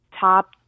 top